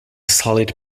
solid